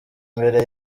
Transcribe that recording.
mbere